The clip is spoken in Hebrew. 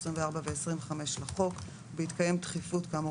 24 ו-25 לחוק...ובהתקיים דחיפות כאמור